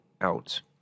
out